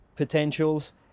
potentials